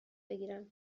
بگیرم